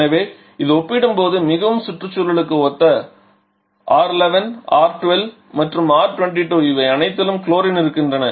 எனவே இது ஒப்பிடும்போது மிகவும் சுற்றுச்சூழலுக்கு ஒத்த R11 R12 மற்றும் R22 இவை அனைத்திலும் குளோரின் இருக்கின்றன